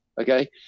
okay